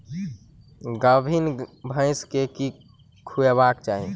गाभीन भैंस केँ की खुएबाक चाहि?